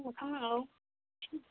मोखां औ